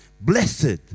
Blessed